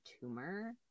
tumor